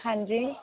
ਹਾਂਜੀ